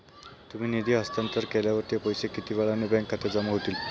तुम्ही निधी हस्तांतरण केल्यावर ते पैसे किती वेळाने बँक खात्यात जमा होतील?